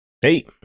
Hey